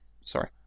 Sorry